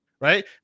right